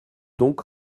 donc